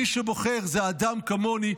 מי שבוחר זה אדם כמוני,